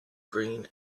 green